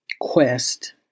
quest